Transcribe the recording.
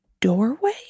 doorway